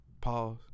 Pause